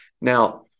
Now